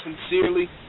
sincerely